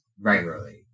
regularly